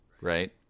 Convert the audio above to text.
right